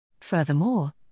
Furthermore